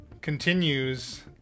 continues